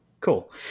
Cool